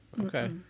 Okay